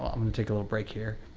um and take a little break here.